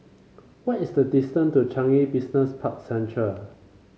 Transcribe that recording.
what is the distance to Changi Business Park Central